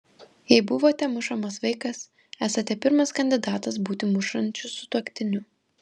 jei buvote mušamas vaikas esate pirmas kandidatas būti mušančiu sutuoktiniu